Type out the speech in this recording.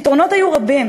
הפתרונות היו רבים.